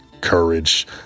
courage